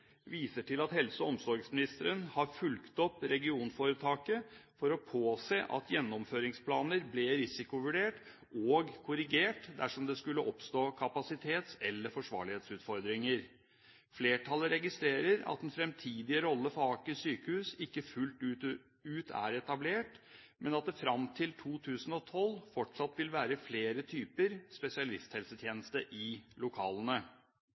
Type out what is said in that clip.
viser til at helse- og omsorgsministeren har fulgt opp regionforetaket for å påse at gjennomføringsplaner ble risikovurdert og korrigert dersom det skulle oppstå kapasitets- eller forsvarlighetsutfordringer. Flertallet registrerer at den fremtidige rolle for Aker sykehus ikke fullt ut er etablert, men at det fram til 2012 fortsatt vil være flere typer spesialisthelsetjeneste i lokalene.